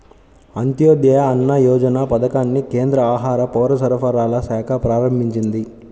అంత్యోదయ అన్న యోజన పథకాన్ని కేంద్ర ఆహార, పౌరసరఫరాల శాఖ ప్రారంభించింది